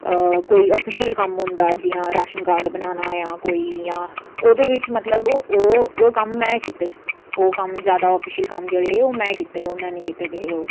कोई आफिशियल कम्म होंदा जि'यां राशन कार्ड बनाना जां कोई जां ओह्दे बिच मतलब ओह ओह् ओह् कम्म में कीते ओह् कम्म जैदा आफिशियल कम्म जेह्डे़ हे ओह् में कीते ते उ'न्नै नेईं कीते दे हे ओह्